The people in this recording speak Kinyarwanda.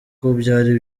byari